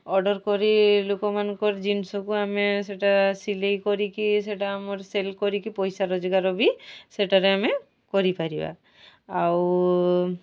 order କରି ଲୋକମାନଙ୍କର ଜିନିଷକୁ ଆମେ ସେଇଟା ସିଲାଇ କରିକି ସେଇଟା ଆମର ସେଲ୍ କରିକି ପଇସା ରୋଜଗାର ବି ସେଠାରେ ଆମେ କରିପାରିବା ଆଉ